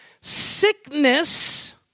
sickness